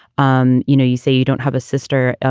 um you know, you say you don't have a sister. ah